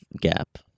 Gap